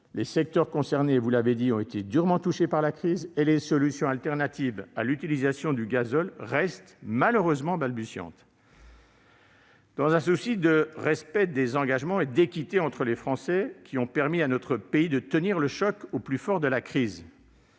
Les secteurs concernés ont été durement touchés par la crise et les solutions de substitution à l'utilisation du gazole restent balbutiantes. Dans un souci de respect des engagements et d'équité entre les Français ayant permis à notre pays de tenir le choc au plus fort de la crise,